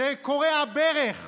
שכורע ברך